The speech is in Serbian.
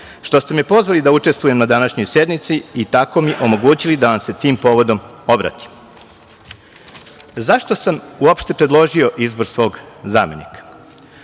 što ste me pozvali da učestvujem na današnjoj sednici i tako mi omogućili da vam se tim povodom obratim.Zašto sam uopšte predložio izbor svog zamenika?